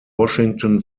washington